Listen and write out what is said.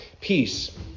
peace